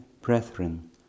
brethren